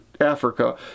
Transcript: Africa